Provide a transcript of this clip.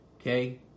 Okay